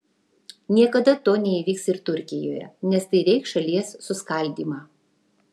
niekada to neįvyks ir turkijoje nes tai reikš šalies suskaldymą